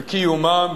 בקיומם,